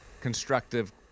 constructive